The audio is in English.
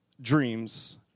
dreams